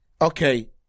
okay